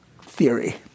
theory